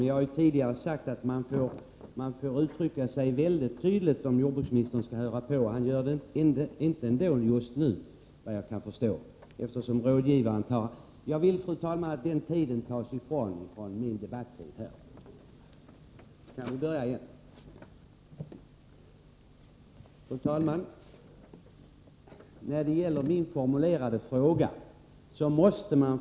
Jag har tidigare sagt att man får uttrycka sig väldigt tydligt för att få jordbruksministern att lyssna.